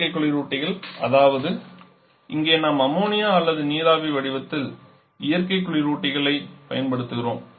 செயற்கை குளிரூட்டிகள் அதாவது இங்கே நாம் அம்மோனியா அல்லது நீர் நீராவி வடிவத்தில்இயற்கை குளிரூட்டிகளை பயன்படுத்துகிறோம்